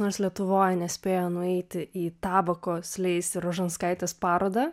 nors lietuvoj nespėjo nueiti į tabokos leis rožanskaitės parodą